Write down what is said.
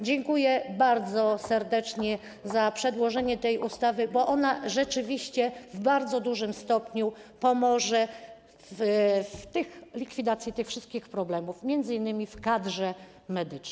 Dziękuję bardzo serdecznie za przedłożenie tej ustawy, bo ona rzeczywiście w bardzo dużym stopniu pomoże w likwidacji tych wszystkich problemów, m.in. w kadrze medycznej.